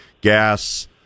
gas